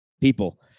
people